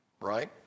right